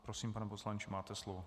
Prosím, pane poslanče, máte slovo.